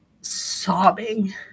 sobbing